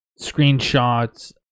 Screenshots